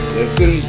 Listen